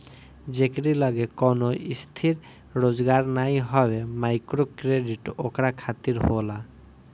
जेकरी लगे कवनो स्थिर रोजगार नाइ हवे माइक्रोक्रेडिट ओकरा खातिर होला